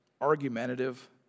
argumentative